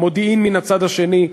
ומודיעין מן הצד השני,